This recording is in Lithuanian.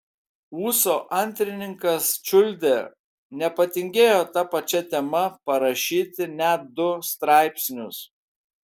ūso antrininkas čiuldė nepatingėjo ta pačia tema parašyti net du straipsnius